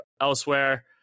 elsewhere